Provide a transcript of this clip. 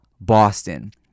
Boston